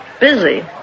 Busy